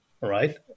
right